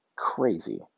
Crazy